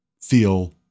feel